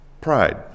Pride